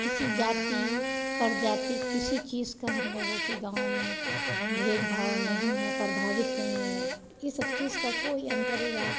किसी जाती प्रजाती किसी चीज़ का हम लोगों के गाँव में भेदभाव नहीं हैं प्रभाबित नहीं है ये सब चीज़ का कोई अंतर या